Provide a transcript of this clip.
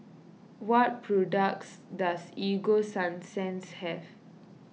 what products does Ego Sunsense have